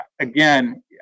again